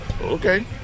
Okay